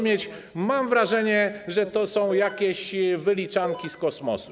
Mam wrażenie, że to są jakieś wyliczanki z kosmosu.